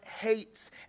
hates